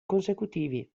consecutivi